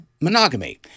monogamy